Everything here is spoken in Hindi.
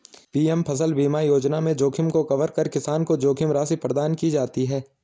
पी.एम फसल बीमा योजना में जोखिम को कवर कर किसान को जोखिम राशि प्रदान की जाती है